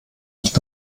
nicht